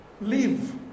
Leave